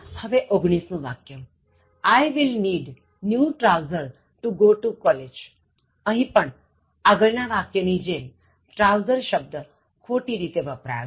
I will need new trouser to go to college અહીં પણ આગળ ના વાક્ય ની જેમ trouser શબ્દ ખોટી રીતે વપરાયો છે